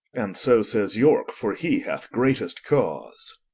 and so sayes yorke, for he hath greatest cause